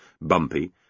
bumpy